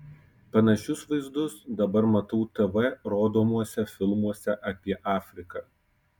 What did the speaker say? panašius vaizdus dabar matau tv rodomuose filmuose apie afriką